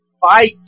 fight